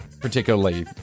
particularly